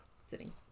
sitting